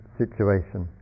situation